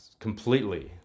completely